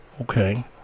Okay